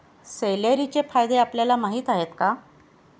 सेलेरीचे फायदे आपल्याला माहीत आहेत का?